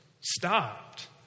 Stopped